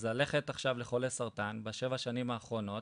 אז ללכת עכשיו לחולי סרטן בשבע שנים האחרונות,